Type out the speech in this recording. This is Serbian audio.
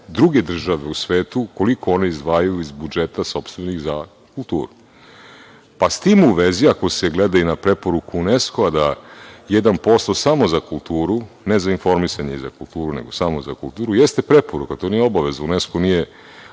druge države u svetu, koliko one izdvajaju iz budžeta sopstvenih za kulturu.S tim u vezi, ako se gleda i na preporuku Unesku da jedan posto samo za kulturu, ne za informisanje, samo za kulturu, jeste preporuka, to nije obaveza, Unesko nije